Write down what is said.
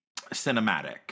cinematic